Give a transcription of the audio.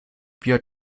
wir